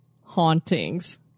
hauntings